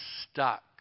stuck